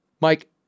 Mike